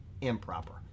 improper